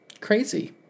crazy